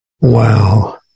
Wow